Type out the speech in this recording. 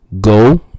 go